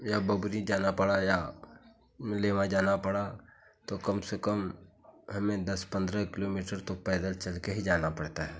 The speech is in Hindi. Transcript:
या बबरी जाना पड़ा या लेवा जाना पड़ा तो कम से कम हमें दस पन्द्रह किलोमीटर तो पैदल चल के ही जाना पड़ता है